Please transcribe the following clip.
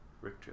rick